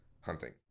hunting